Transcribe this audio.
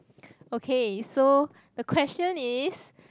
okay so the question is